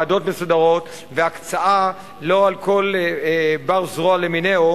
ועדות מסודרות והקצאה לא לכל בר-זרוע למינהו,